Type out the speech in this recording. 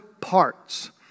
parts